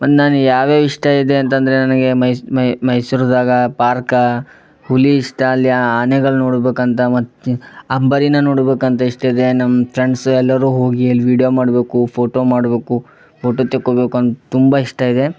ಮತ್ತು ನನಗ್ ಯಾವ್ಯಾವ ಇಷ್ಟ ಇದೆ ಅಂತಂದರೆ ನನಗೆ ಮೈಸೂರ್ದಾಗೆ ಪಾರ್ಕ ಹುಲಿ ಇಷ್ಟ ಅಲ್ಲಿ ಆನೆಗಳು ನೋಡಬೇಕಂತ ಮತ್ತು ಇನ್ನು ಅಂಬಾರಿನ ನೋಡ್ಬೇಕಂತ ಇಷ್ಟ ಇದೆ ನಮ್ಮ ಫ್ರೆಂಡ್ಸ್ ಎಲ್ಲರೂ ಹೋಗಿ ಅಲ್ಲಿ ವೀಡ್ಯೋ ಮಾಡಬೇಕು ಫೋಟೋ ಮಾಡಬೇಕು ಪೋಟೋ ತೆಕ್ಕೊಬೇಕಂತ ತುಂಬ ಇಷ್ಟ ಇದೆ